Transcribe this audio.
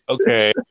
Okay